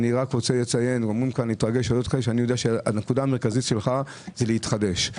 אני רוצה לציין, הנקודה המרכזית שלך היא להתחדש.